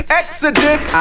exodus